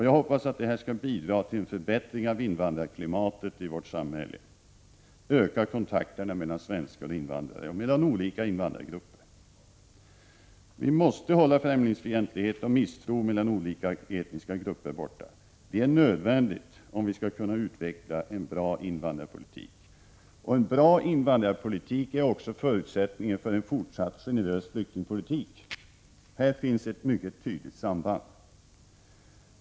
Jag hoppas att detta skall bidra till att förbättra invandrarklimatet i vårt samhälle och öka kontakterna mellan svenskar och invandrare och mellan olika invandrargrupper. Vi måste hålla främlingsfientlighet och misstro mellan olika etniska grupper borta. Det är nödvändigt om vi skall kunna utveckla en bra invandrarpolitik. En bra invandrarpolitik är också en förutsättning för en fortsatt generös flyktingpolitik. Här finns ett mycket tydligt samband.